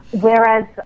Whereas